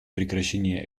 прекращения